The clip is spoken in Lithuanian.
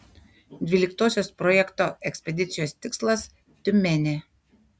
dvyliktosios projekto ekspedicijos tikslas tiumenė